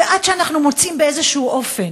עד שאנחנו מוצאים באיזשהו אופן